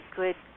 good